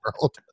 world